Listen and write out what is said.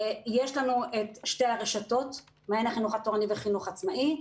יש לנו את שתי הרשתות: מעיין החינוך התורני וחינוך עצמאי,